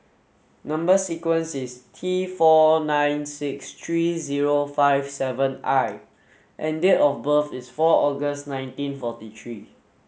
number sequence is T four nine six three zero five seven I and date of birth is four August nineteen forty three